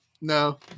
no